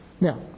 Now